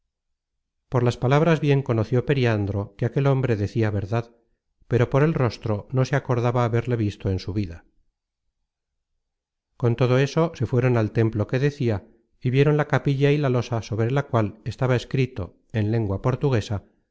por las palabras bien conoció periandro que aquel hombre decia verdad pero por el rostro no se acordaba haberle visto en su vida con todo eso se fueron al templo que decia y vieron la capilla y la losa sobre la cual estaba escrito en lengua portuguesa